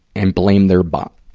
and blame their but